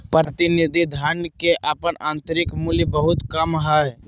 प्रतिनिधि धन के अपन आंतरिक मूल्य बहुत कम हइ